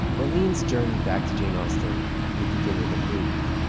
laaleen's journey back to jane austen would begin with a move.